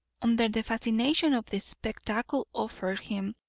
under the fascination of the spectacle offered him,